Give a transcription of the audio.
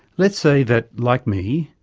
let's say that like me,